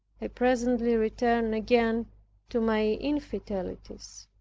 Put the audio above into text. i presently returned again to my infidelities.